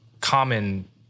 common